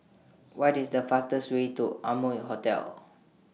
What IS The fastest Way to Amoy Hotel